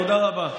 תודה רבה.